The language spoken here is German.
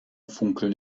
funkeln